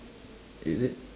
is it